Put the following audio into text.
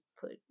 put